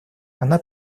она